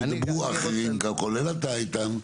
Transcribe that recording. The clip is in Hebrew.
ידברו אחרים כולל אתה איתן.